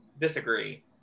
Disagree